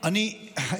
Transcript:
זאת אומרת,